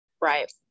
Right